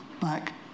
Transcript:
back